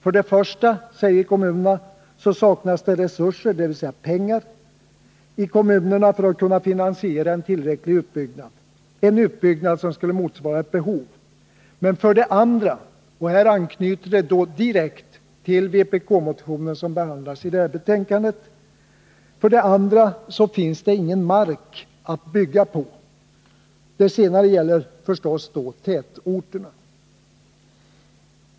För det första, säger kommunerna, saknas det resurser, dvs. pengar, i kommunerna för att finansiera tillräcklig utbyggnad, dvs. en utbyggnad som skulle motsvara behovet. För det andra — och här anknyter huvudbetänkandet direkt till den vpk-motion som behandlas i det här betänkandet — finns det ingen mark att bygga på. Det senare gäller förstås i tätorterna.